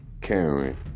Karen